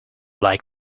like